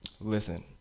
listen